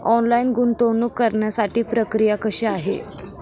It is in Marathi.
ऑनलाईन गुंतवणूक करण्यासाठी प्रक्रिया कशी आहे?